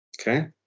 Okay